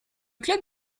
club